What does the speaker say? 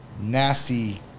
nasty